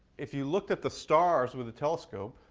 if you looked at the stars with the telescope,